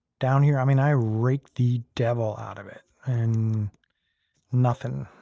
down here. i mean, i raked the devil out of it and nothing.